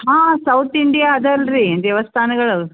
ಹಾಂ South India ಅದ ಅಲ್ರಿ ದೇವಸ್ಥಾನಗಳು